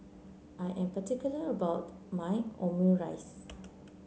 I am particular about my Omurice